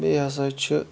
بیٚیہِ ہَسا چھِ